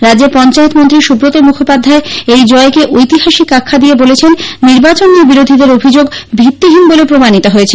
রাজ্যের পঞ্চায়েতমন্ত্রী সুব্রত মুখোপাধ্যায় এই জয়কে ঐতিহাসিক আখ্যা দিয়ে বলেছেন নির্বাচন নিয়ে বিরোধীদের অভিযোগ ভিত্তিহীন বলে প্রমাণিত হয়েছে